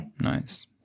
Nice